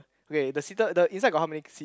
ok the seater the inside got how many seat